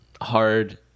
hard